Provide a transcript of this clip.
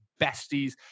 besties